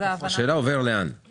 השאלה לאן הוא עובר.